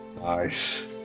Nice